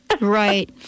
Right